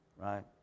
Right